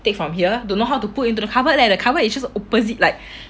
take from here don't know how to put into cupboard leh the cupboard is just opposite like